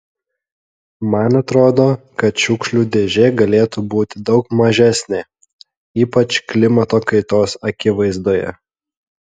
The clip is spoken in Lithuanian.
man atrodo kad šiukšlių dėžė galėtų būti daug mažesnė ypač klimato kaitos akivaizdoje